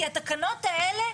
כי התקנות האלה,